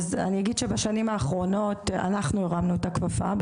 בשנים האחרונות אנחנו הרמנו את הכפפה,